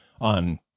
on